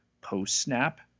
Post-snap